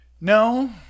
No